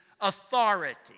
authority